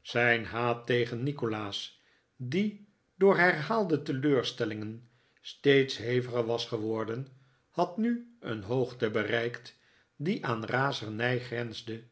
zijn haat tegen nikolaas die door herhaalde teleurstellingen steeds heviger was geworden had nu een hoogte bereikt die aan razernij grensde